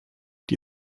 die